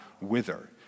wither